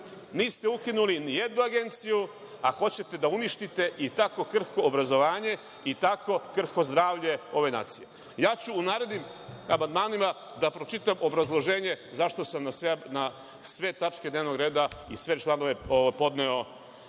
ukinuli nijednu agenciju, a hoćete da uništite i tako krhko obrazovanje i tako krhko zdravlje ove nacije. Ja ću u narednim amandmanima da pročitam obrazloženje zašto sam na sve tačke dnevnog reda i sve članove podneo